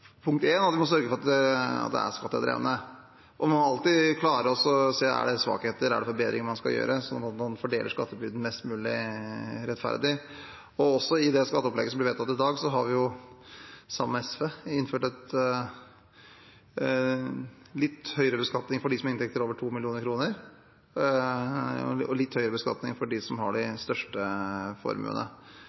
er svakheter, om det er forbedringer man skal gjøre, sånn at man fordeler skattebyrden mest mulig rettferdig. Også i det skatteopplegget som blir vedtatt i dag, har vi, sammen med SV, innført litt høyere beskatning for dem som har inntekter over 2 mill. kr, og litt høyere beskatning for dem som har de største formuene.